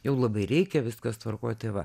jau labai reikia viskas tvarkoj tai va